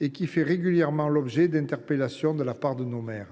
laquelle fait régulièrement l’objet d’interpellations de la part de nos maires.